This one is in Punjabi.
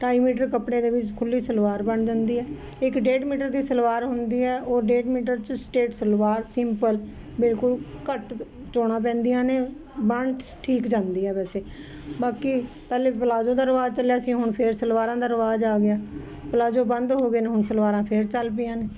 ਢਾਈ ਮੀਟਰ ਕੱਪੜੇ ਦੇ ਵਿੱਚ ਖੁੱਲੀ ਸਲਵਾਰ ਬਣ ਜਾਂਦੀ ਹੈ ਇੱਕ ਡੇਢ ਮੀਟਰ ਦੀ ਸਲਵਾਰ ਹੁੰਦੀ ਹੈ ਉਹ ਡੇਢ ਮੀਟਰ ਚ ਸਟੇਟ ਸਲਵਾਰ ਸਿੰਪਲ ਬਿਲਕੁਲ ਘੱਟ ਚੋਣਾਂ ਪੈਂਦੀਆਂ ਨੇ ਬਣ ਠੀਕ ਜਾਂਦੀ ਹੈ ਵੈਸੇ ਬਾਕੀ ਪਹਿਲੇ ਪਲਾਜੋ ਦਾ ਰਿਵਾਜ਼ ਚੱਲਿਆ ਸੀ ਹੁਣ ਫਿਰ ਸਲਵਾਰਾਂ ਦਾ ਰਿਵਾਜ ਆ ਗਿਆ ਪਲਾਜੋ ਬੰਦ ਹੋ ਗਏ ਨੇ ਹੁਣ ਸਲਵਾਰਾਂ ਫਿਰ ਚੱਲ ਪਈਆਂ ਨੇ